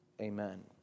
Amen